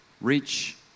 Reach